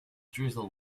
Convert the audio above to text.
drizzle